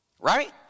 right